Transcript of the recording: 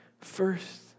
first